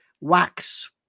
wax